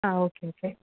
ആ okay okay